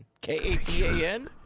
K-A-T-A-N